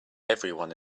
everyone